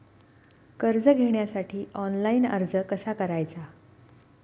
कर्ज घेण्यासाठी ऑनलाइन अर्ज कसा करायचा?